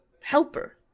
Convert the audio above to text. helper